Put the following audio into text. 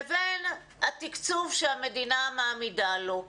לבין התקצוב שהמדינה מעמידה לו.